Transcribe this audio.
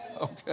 Okay